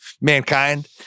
mankind